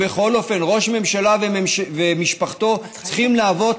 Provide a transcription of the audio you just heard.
בכל אופן ראש ממשלה ומשפחתו צריכים להוות